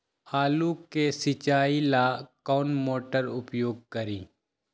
आलू के सिंचाई ला कौन मोटर उपयोग करी?